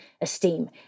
esteem